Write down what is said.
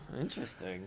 Interesting